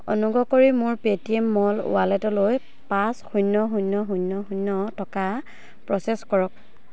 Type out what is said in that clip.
অনুগ্ৰহ কৰি মোৰ পে'টিএম মল ৱালেটলৈ পাঁচ শূন্য শূন্য শূন্য শূন্য টকা প্ৰ'চেছ কৰক